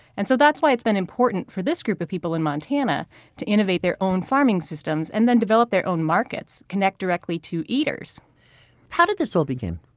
and so that's why it's been important for this group of people in montana to innovate their own farming systems and then develop their own markets to connect directly to eaters how did this all begin?